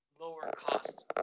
lower-cost